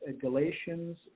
Galatians